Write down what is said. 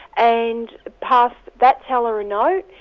and passed that teller a note,